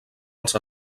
els